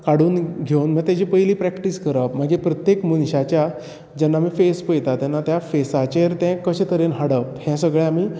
काडून घेवन तेजी पयली प्रेक्टीस करप मागीर प्रत्येक मनशाच्या जेन्ना आमी फेस पयता तेन्ना त्या फेसाचेर तें कशे तरेन हाडप हे सगळें आमी